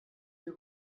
hier